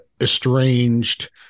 estranged